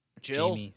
jill